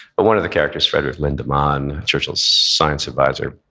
but one of the characters, frederick lindemann, churchill's science advisor,